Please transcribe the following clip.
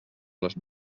les